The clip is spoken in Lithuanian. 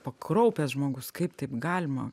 pakraupęs žmogus kaip taip galima